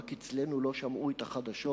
רק אצלנו לא שמעו את החדשות,